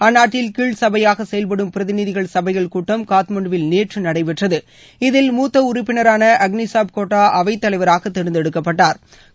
அந்நாட்டில் கீழ் சபையாக செயல்படும் பிரதிநிதிகள் சபைகள் கூட்டம் காத்மாண்டுவில் நேற்று நடைபெற்றது இதில் மூத்த உறுப்பினரான அக்னி சாப் கோட்டா அவைத் தலைவராக தேர்ந்தெடுக்கப்பட்டாா்